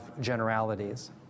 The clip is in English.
generalities